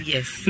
Yes